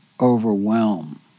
overwhelm